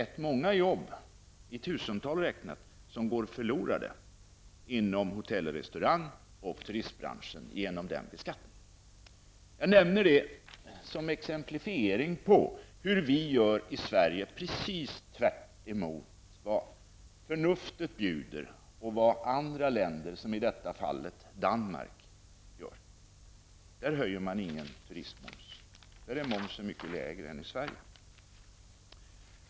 Tusentals jobb går förlorade inom hotell och restaurangbranschen samt turistbranschen genom den beskattningen. Jag nämner detta som en exemplifiering på hur vi i Sverige gör precis tvärt emot vad förnuftet bjuder och vad andra länder, som i detta fall Danmark, gör. Där höjer man inte turistmomsen. Där är momsen mycket lägre än i Sverige.